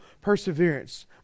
perseverance